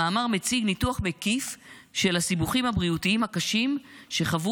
המאמר מציג ניתוח מקיף של הסיבוכים הבריאותיים הקשים שחוו